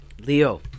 Leo